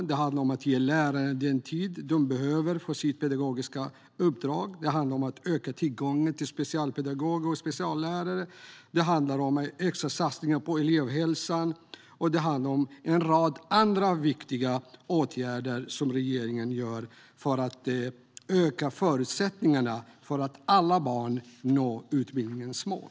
Det handlar om att ge lärarna den tid som de behöver för sitt pedagogiska uppdrag. Det handlar om att öka tillgången till specialpedagoger och speciallärare. Det handlar om extra satsningar på elevhälsan. Och det handlar om en rad andra viktiga åtgärder som regeringen vidtar för att öka förutsättningarna för att alla barn ska nå utbildningens mål.